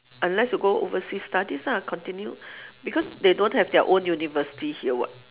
unless you go overseas studies lah continue because they don't have their own university here what